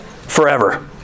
forever